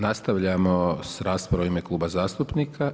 Nastavljamo sa raspravom u ime kluba zastupnika.